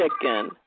chicken